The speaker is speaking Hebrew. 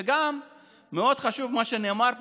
גם מאוד חשוב מה שנאמר פה,